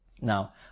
Now